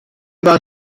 war